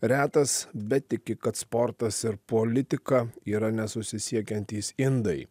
retas betiki kad sportas ir politika yra nesusisiekiantys indai